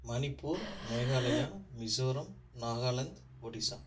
Manipur Meghalaya Mizoram Nagaland Odisha